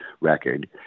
record